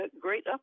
great